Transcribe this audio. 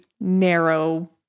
narrow